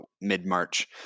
mid-March